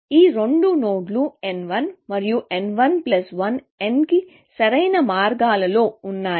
ఈ రెండు నోడ్లు nl మరియు n11 nకి సరైన మార్గాల్లో ఉన్నాయి